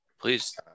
Please